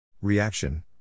Reaction